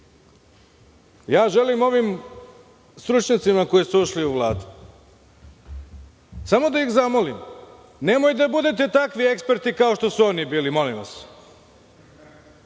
Želim ovim stručnjacima koji su ušli u Vladu, samo da ih zamolim – nemojte da budete takvi eksperti, kao što su ovi bili. Zato